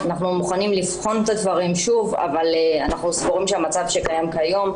אנחנו מוכנים לבחון את הדברים שוב אבל אנחנו סבורים שהמצב שקיים כיום,